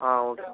ஆ ஓகேங்க